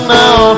now